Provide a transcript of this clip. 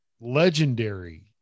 legendary